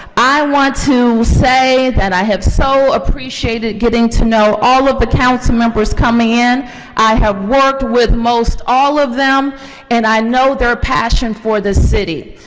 i want to say that i have so appreciated getting to know all of the councilmembers coming in and have worked with most all of them and i know their passion for this city.